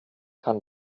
kann